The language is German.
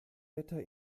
wetter